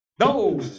No